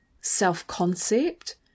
self-concept